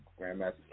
Grandmaster